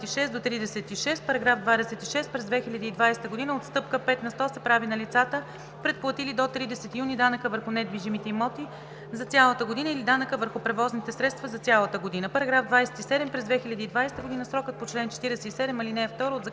– 36: „§ 26. През 2020 г. отстъпка 5 на сто се прави на лицата, предплатили до 30 юни данъка върху недвижимите имоти за цялата година или данъка върху превозните средства за цялата година. § 27. През 2020 г. срокът по чл. 47, ал. 2